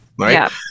right